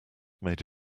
made